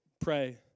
pray